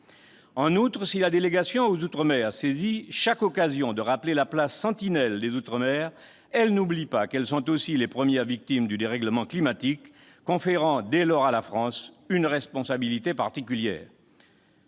En outre, si la délégation aux outre-mer saisit chaque occasion de rappeler la place de sentinelle des outre-mer, elle n'oublie pas que ces territoires sont aussi les premières victimes du dérèglement climatique, conférant ainsi à la France une responsabilité particulière.